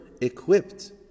equipped